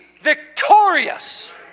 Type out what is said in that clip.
victorious